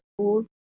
schools